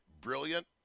brilliant